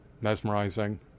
mesmerizing